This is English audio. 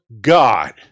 God